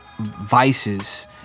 vices